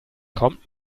kommt